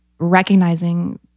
recognizing